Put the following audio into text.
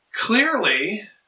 Clearly